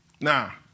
Now